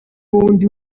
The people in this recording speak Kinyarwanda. nundi